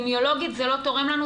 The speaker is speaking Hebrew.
ואפידמיולוגית זה לא תורם לנו.